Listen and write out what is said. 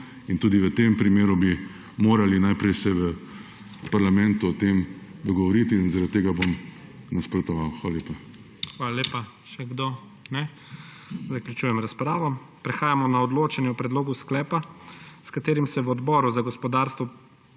Tudi v tem primeru bi morali najprej se v parlamentu o tem dogovoriti in zaradi tega bom nasprotoval. Hvala lepa. PREDSEDNIK IGOR ZORČIČ: Hvala lepa. Še kdo? Ne. Zaključujem razpravo. Prehajamo na odločanje o predlogu sklepa, s katerim se v Odboru za gospodarstvo